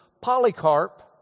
Polycarp